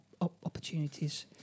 opportunities